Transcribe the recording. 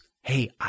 hey